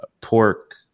pork